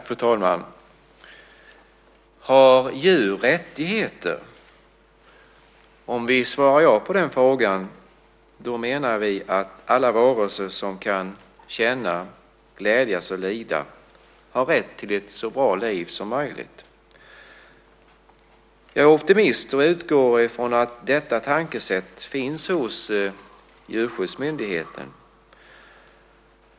Fru talman! Har djur rättigheter? Om vi svarar ja på den frågan så menar vi att alla varelser som kan känna, glädjas och lida har rätt till ett så bra liv som möjligt. Jag är optimist, och jag utgår från att detta tankesätt finns hos Djurskyddsmyndigheten.